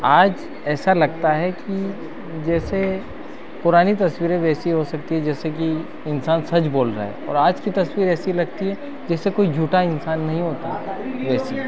आज ऐसा लगता है कि जैसे पुरानी तस्वीरें वैसी हो सकती हैं जैसे कि इंसान सच बोल रहा है और आज की तस्वीर ऐसी लगती है जैसे कोई झूठा इंसान नहीं होता वैसी